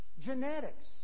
Genetics